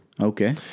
Okay